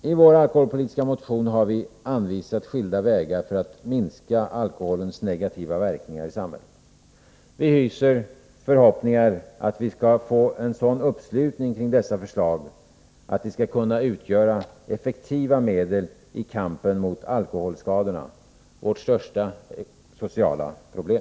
I vår alkoholpolitiska motion har vi anvisat skilda vägar för att minska alkoholens negativa verkningar i samhället. Vi hyser förhoppningar om att vi skall kunna få sådan uppslutning kring dessa förslag att de skall kunna utgöra effektiva medel i kampen mot alkoholskadorna — vårt största sociala problem.